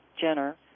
Jenner